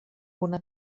una